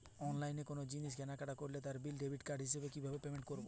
অনলাইনে কোনো জিনিস কেনাকাটা করলে তার বিল ডেবিট কার্ড দিয়ে কিভাবে পেমেন্ট করবো?